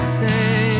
say